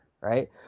right